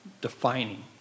defining